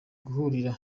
guhurira